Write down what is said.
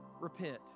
repent